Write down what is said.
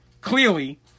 clearly